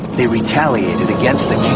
they retaliated against the king